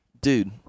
dude